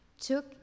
took